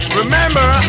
remember